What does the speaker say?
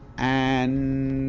and